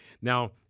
Now